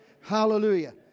Hallelujah